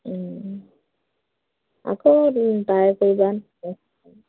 আকৌ ট্ৰাই কৰিবা